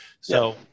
So-